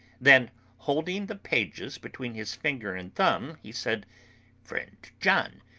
then holding the pages between his finger and thumb he said friend john,